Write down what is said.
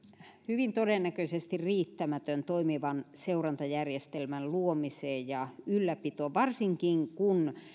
hyvin todennäköisesti riittämätön toimivan seurantajärjestelmän luomiseen ja ylläpitoon varsinkin kun